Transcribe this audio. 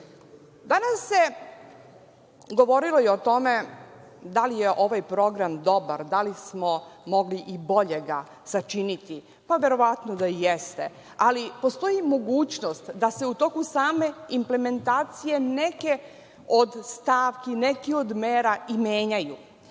se govorilo i tome da li je ovaj program dobar, da li smo mogli i bolje ga sačiniti. Pa verovatno da i jeste, ali postoji mogućnost da se u toku same implementacije neke od stavki, neke od mera i menjaju.